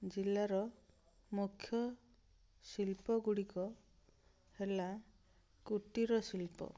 ଜିଲ୍ଲାର ମୁଖ୍ୟ ଶିଳ୍ପଗୁଡ଼ିକ ହେଲା କୁଟୀର ଶିଳ୍ପ